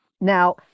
Now